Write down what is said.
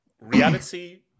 reality